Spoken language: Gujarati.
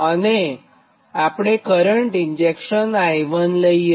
અને આપણે કરંટ ઇન્જેકશન Ii લઇએ